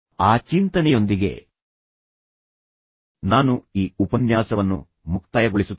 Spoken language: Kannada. ಆ ಚಿಂತನೆಯೊಂದಿಗೆ ನಾನು ಈ ಉಪನ್ಯಾಸವನ್ನು ಮುಕ್ತಾಯಗೊಳಿಸುತ್ತೇನೆ